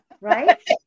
Right